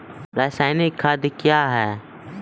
रसायनिक खाद कया हैं?